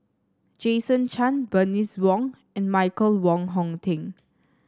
Jason Chan Bernice Wong and Michael Wong Hong Teng